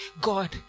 God